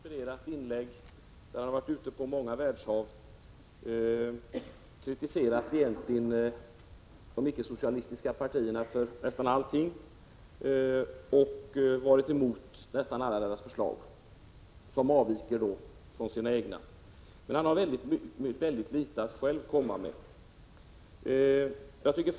Fru talman! Bo Nilsson gjorde bitvis ett mycket inspirerat inlägg. Han var ute på många världshav. Egentligen kritiserade han de icke-socialistiska partierna för nästan allting. Han gick emot nästan alla förslag från deras sida, om de avvek från de egna förslagen. Han hade själv mycket litet att komma med.